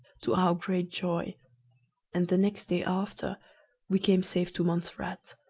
to our great joy and the next day after we came safe to montserrat.